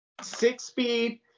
six-speed